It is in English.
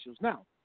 Now